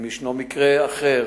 אם ישנו מקרה אחר